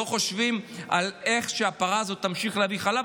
לא חושבים על איך הפרה הזאת תמשיך להביא חלב,